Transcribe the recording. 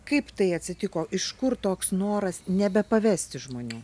kaip tai atsitiko iš kur toks noras nebepavesti žmonių